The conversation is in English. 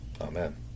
Amen